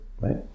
right